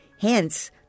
hence